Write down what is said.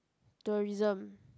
tourism